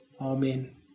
Amen